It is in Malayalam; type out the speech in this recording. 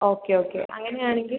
ഓക്കെ ഓക്കെ അങ്ങനെ ആണെങ്കിൽ